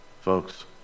folks